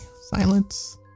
Silence